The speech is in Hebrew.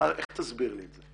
איך תסביר לי את זה?